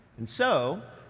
and so,